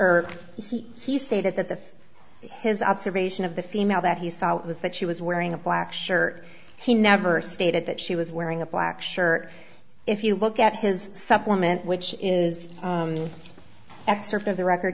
her he stated that the his observation of the female that he saw was that she was wearing a black shirt he never stated that she was wearing a black shirt if you look at his supplement which is an excerpt of the record